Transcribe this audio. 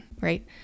right